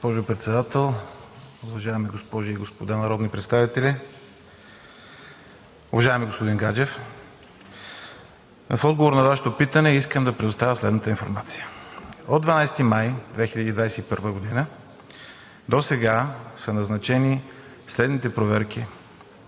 Госпожо Председател, госпожи и господа народни представители! Уважаеми господин Гаджев, в отговор на Вашето питане искам да предоставя следната информация: от 12 май 2021 г. досега са назначени следните проверки